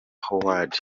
howard